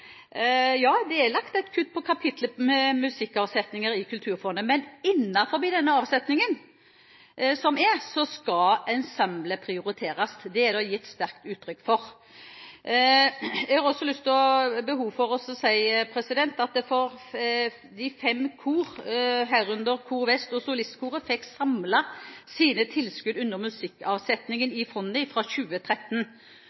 Ja, det er kuttet i kapittelet for avsetninger til musikkformål under Kulturfondet, men innenfor avsetningene skal ensembler prioriteres. Det er det gitt sterkt uttrykk for. Jeg har behov for å si at de fem korene, herunder KorVest og Solistkoret, fikk samlet sine tilskudd under